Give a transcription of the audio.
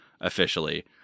officially